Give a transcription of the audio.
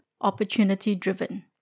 opportunity-driven